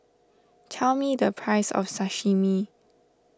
tell me the price of Sashimi